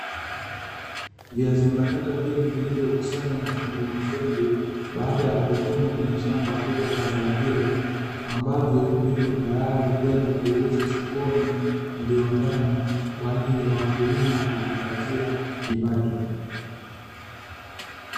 Viazi mbatata vingi vilivyokusanywa mafungumafungu baada ya kuvunwa kwenye shamba kubwa la zao hilo, ambavyo viko tayari kwenda kuuzwa sokoni na viwandani kwa ajili ya wakulima kujipatia kipato.